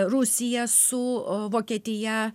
rusija su vokietija